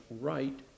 right